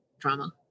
drama